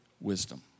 wisdom